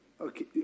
Okay